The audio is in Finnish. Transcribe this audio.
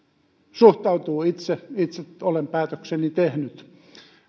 suhtautuu itse itse olen päätökseni tehnyt